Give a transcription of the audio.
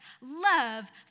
love